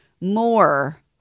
more